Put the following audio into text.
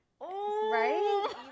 right